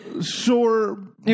Sure